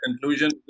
conclusion